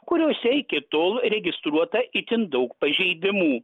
kuriose iki tol registruota itin daug pažeidimų